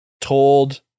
told